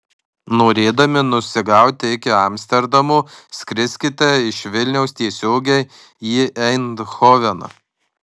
norėdami nusigauti iki amsterdamo skriskite iš vilniaus tiesiogiai į eindhoveną